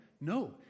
No